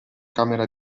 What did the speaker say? camera